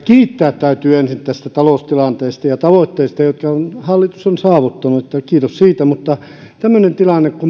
kiittää täytyy ensin tästä taloustilanteesta ja tavoitteista jotka hallitus on saavuttanut kiitos siitä mutta olisin ministeriltä kysynyt tästä tilanteesta joka